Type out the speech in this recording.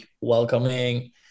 welcoming